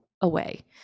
away